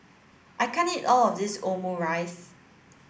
I can't eat all of this Omurice